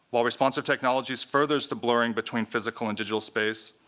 while responsive technologies furthers the blurring between physical and digital space,